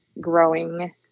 growing